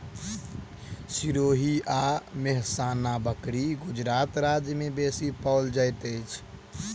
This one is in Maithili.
सिरोही आ मेहसाना बकरी गुजरात राज्य में बेसी पाओल जाइत अछि